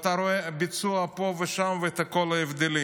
אתה רואה את הביצוע פה ושם ואת כל ההבדלים.